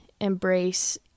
embrace